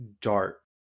dart